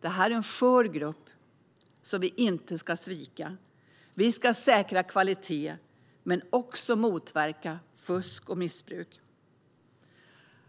Det här är en skör grupp, som vi inte ska svika. Vi ska säkra kvalitet men också motverka fusk och missbruk.